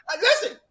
Listen